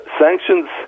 sanctions